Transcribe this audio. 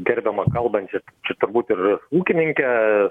gerbiamą kalbančią čia turbūt ir ūkininkę